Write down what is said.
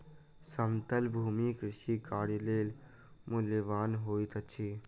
समतल भूमि कृषि कार्य लेल मूल्यवान होइत अछि